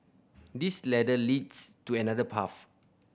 this ladder leads to another path